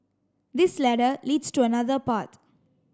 this ladder leads to another path